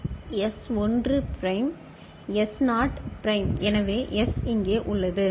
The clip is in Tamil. எனவே S 1 prime S not prime எனவே எஸ் 1 இங்கே உள்ளது